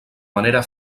manera